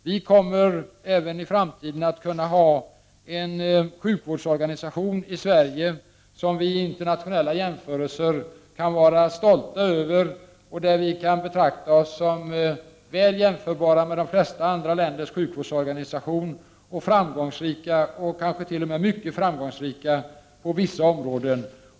Vi kommer även i framtiden att kunna ha en sjukvårdsorganisation i Sverige som vi vid internationella jämförelser kan vara stolta över. Och vi kan betrakta oss som väl jämförbara med de flesta andra länder när det gäller sjukvårdsorganisation, och framgångsrika — kanske t.o.m. mycket framgångsrika — på vissa områden.